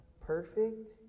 perfect